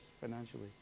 financially